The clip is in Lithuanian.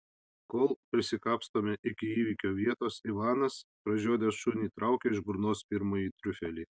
kol prisikapstome iki įvykio vietos ivanas pražiodęs šunį traukia iš burnos pirmąjį triufelį